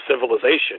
civilization